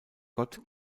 gott